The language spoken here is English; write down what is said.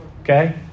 Okay